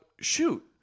shoot